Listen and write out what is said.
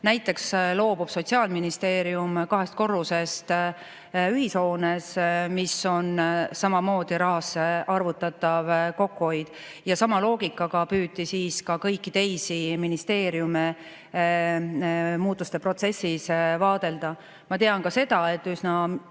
Näiteks loobub Sotsiaalministeerium kahest korrusest ühishoones, mis on samamoodi rahas arvutatav kokkuhoid. Ja sama loogikaga püüti siis ka kõiki teisi ministeeriume muutuste protsessis vaadelda. Ma tean ka seda, et